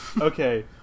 Okay